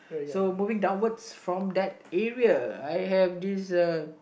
so moving downwards from that area I have this uh